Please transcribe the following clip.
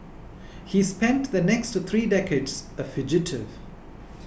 he spent the next three decades a fugitive